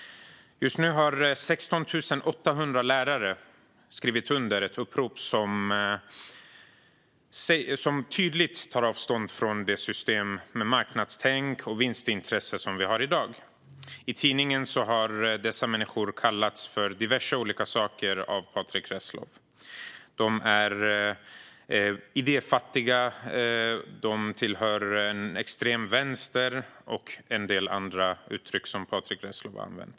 Just nu har 16 800 lärare skrivit under ett upprop som tydligt tar avstånd från det system med marknadstänk och vinstintresse som vi har i dag. I tidningen har dessa människor kallats för diverse olika saker av Patrick Reslow. De är idéfattiga och tillhör en extrem vänster, bland andra uttryck som Patrick Reslow har använt.